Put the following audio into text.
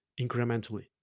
incrementally